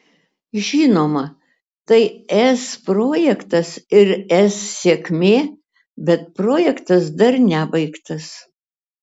žinoma tai es projektas ir es sėkmė bet projektas dar nebaigtas